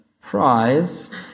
prize